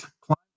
climate